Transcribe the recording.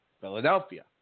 Philadelphia